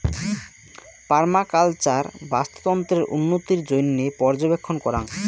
permaculture বাস্তুতন্ত্রের উন্নতির জইন্যে পর্যবেক্ষণ করাং